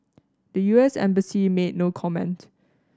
the U S embassy made no comment